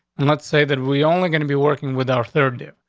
and let's say that we only gonna be working with our third year.